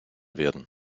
werden